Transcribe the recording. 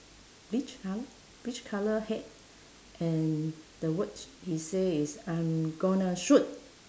beige colour beige colour hat and the words he say is I'm gonna shoot